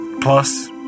Plus